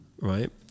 right